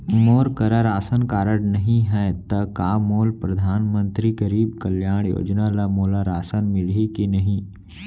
मोर करा ration card नहीं है त का मोल परधानमंतरी गरीब कल्याण योजना ल मोला राशन मिलही कि नहीं?